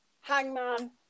Hangman